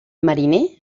mariner